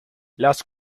las